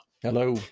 Hello